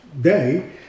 day